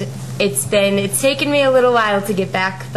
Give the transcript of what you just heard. הודעה למזכירת הכנסת.